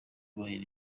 kubera